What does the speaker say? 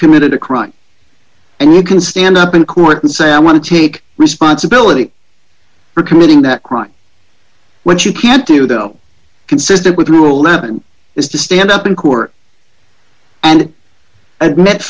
committed a crime and you can stand up in court and say i want to take responsibility for committing that crime what you can't do though consistent with rule eleven is to stand up in court and admit